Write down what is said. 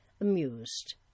amused